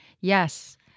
yes